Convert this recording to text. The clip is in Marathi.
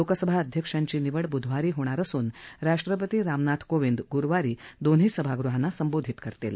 लोकसभा अध्यक्षाची निवड बुधवारी होणार असून राष्ट्रपती रामनाथ कोंविद गुरुवारी दोन्ही सभागृहांना संबोधित करतील